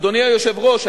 אדוני היושב-ראש,